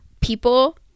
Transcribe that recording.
people